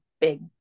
big